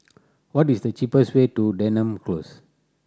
what is the cheapest way to Denham Close